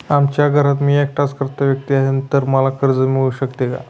आमच्या घरात मी एकटाच कर्ता व्यक्ती आहे, तर मला कर्ज मिळू शकते का?